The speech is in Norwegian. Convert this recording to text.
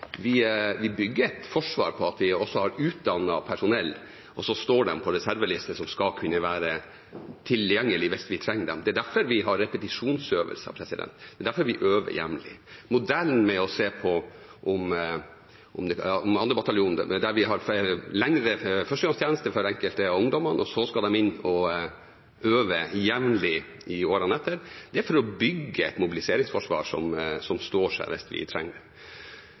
vi bygger et forsvar på at vi også har utdannet personell, og så står de på reserveliste og skal kunne være tilgjengelige hvis vi trenger dem. Det er derfor vi har repetisjonsøvelser, det er derfor vi øver jevnlig. Modellen med 2.-bataljonen, der vi har lengre førstegangstjeneste for enkelte av ungdommene, og så skal de inn og øve jevnlig i årene etter, er for å bygge et mobiliseringsforsvar som står seg hvis vi trenger